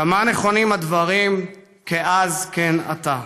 כמה נכונים הדברים, כאז כן עתה.